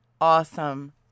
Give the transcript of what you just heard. awesome